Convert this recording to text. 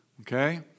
Okay